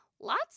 lots